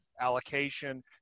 Allocation